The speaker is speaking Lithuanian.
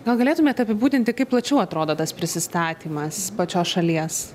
gal galėtumėt apibūdinti kaip plačiau atrodo tas prisistatymas pačios šalies